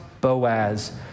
Boaz